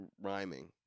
rhyming